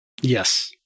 Yes